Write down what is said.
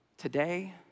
Today